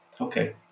Okay